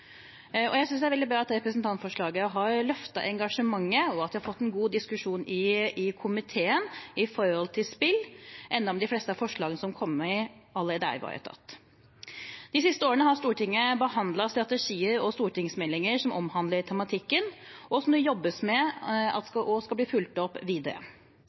Jeg synes det er veldig bra at representantforslaget har løftet engasjementet, og at vi har fått en god diskusjon i komiteen med tanke på spill – selv om de fleste av forslagene som er kommet, allerede er ivaretatt. De siste årene har Stortinget behandlet strategier og stortingsmeldinger som omhandler tematikken, som det jobbes med, og som også skal bli fulgt opp videre.